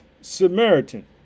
Samaritan